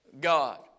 God